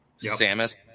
Samus